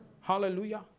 Hallelujah